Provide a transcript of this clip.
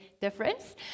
difference